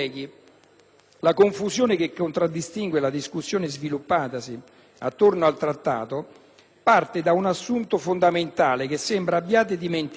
la confusione che contraddistingue la discussione sviluppatasi attorno al Trattato parte da un assunto fondamentale, che sembra abbiate dimenticato: